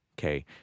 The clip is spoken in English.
okay